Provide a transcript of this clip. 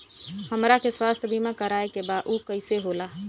हमरा के स्वास्थ्य बीमा कराए के बा उ कईसे होला?